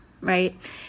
right